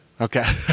Okay